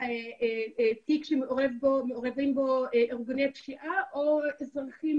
תיק שמעורבים בו ארגוני פשיעה או אזרחים